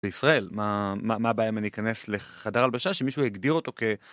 ישראל מה מה הבעיה אם אני אכנס לחדר הלבשה שמישהו יגדיר אותו כ...